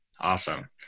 Awesome